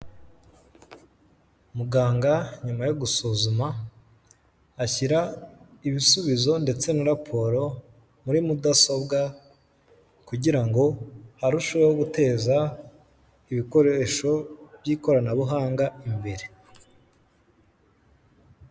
Muganga nyuma yo gusuzuma ashyira ibisubizo ndetse na raporo muri mudasobwa kugirango ngo arusheho guteza ibikoresho by'ikoranabuhanga imbere.